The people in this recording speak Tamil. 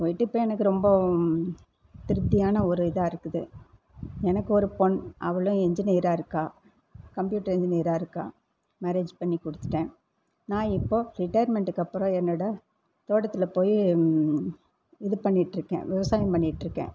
போயிட்டு இப்போ எனக்கு ரொம்ப திருப்தியான ஒரு இதாக இருக்குது எனக்கு ஒரு பெண் அவளும் இன்ஜினியராக இருக்காள் கப்பியூட்டர் இன்ஜினியராக இருக்காள் மேரேஜ் பண்ணி கொடுத்துட்டேன் நான் இப்போது ரிட்டேர்மண்ட்டுக்கு அப்புறம் என்னோட தோட்டத்தில் போய் இது பண்ணிககிட்ருக்கேன் விவசாயம் பண்ணிகிட்ருக்கேன்